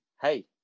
hey